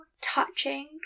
touching